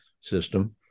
system